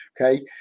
okay